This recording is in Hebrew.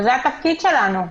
זה התפקיד שלנו.